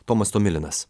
tomas tomilinas